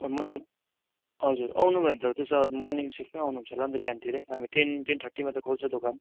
मतलब हजुर आउनुभयो भने त त्यसो भए मर्निङ सिफ्टमा आउनुहुन्छ होला नि त बिहानतिरै हामी टेन टेन थर्टीमा त खोल्छ दोकान